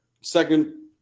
second